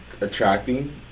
attracting